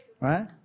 right